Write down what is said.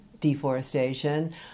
deforestation